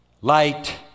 light